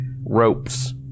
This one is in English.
ropes